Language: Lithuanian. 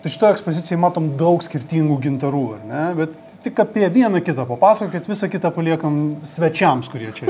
tai šitoj ekspozicijoj matom daug skirtingų gintarų ar ne bet tik apie vieną kitą papasakokit visa kita paliekam svečiams kurie čia